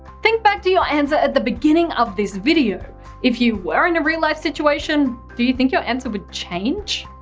think back to your answer at the beginning of this video if you were in a real life situation, do you think your answer would change?